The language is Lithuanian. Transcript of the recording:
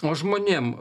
o žmonėm